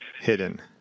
hidden